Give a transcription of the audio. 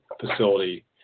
facility